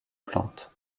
plante